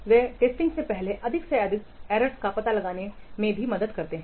वे testing से पहले अधिक से अधिक एरर्स का पता लगाने में भी मदद करते हैं